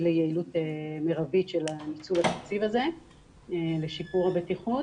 ליעילות מרבית של ניצול התקציב הזה לשיפור הבטיחות.